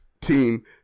team